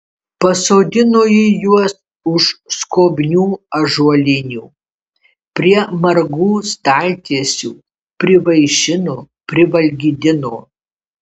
pasodino ji juos už skobnių ąžuolinių prie margų staltiesių privaišino privalgydino